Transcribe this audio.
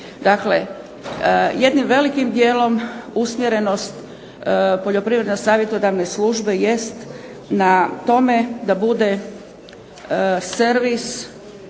Dakle, jednim velikim dijelom usmjerenost poljoprivredne savjetodavne službe jest na tome da bude servis